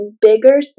bigger